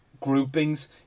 groupings